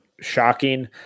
shocking